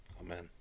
Amen